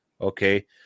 Okay